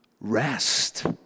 rest